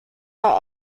are